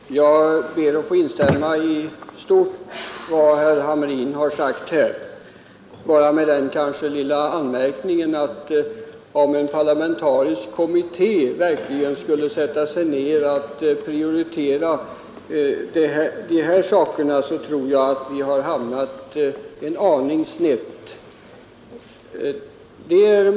Herr talman! Jag ber att få instämma i stort i vad herr Hamrin här har sagt, bara med den lilla anmärkningen kanske att om en parlamentarisk kommitté verkligen skulle börja prioritera dessa saker, tror jag att vi har hamnat en aning snett.